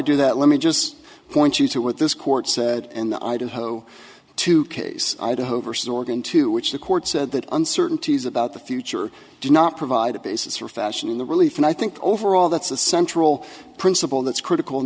do that let me just point you to what this court said in the idaho two case idaho versus oregon to which the court said that uncertainties about the future do not provide a basis for fashion in the relief and i think overall that's the central principle that's critical in